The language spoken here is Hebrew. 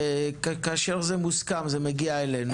וכאשר זה מוסכם זה מגיע אלינו.